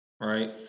Right